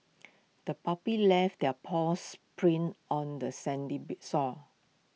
the puppy left their paws prints on the sandy be sore